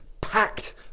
packed